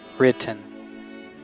Written